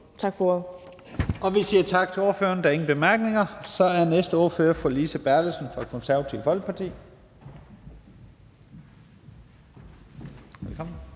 Lahn Jensen): Vi siger tak til ordføreren. Der er ingen korte bemærkninger. Så er den næste ordfører fru Lise Bertelsen fra Det Konservative Folkeparti. Velkommen.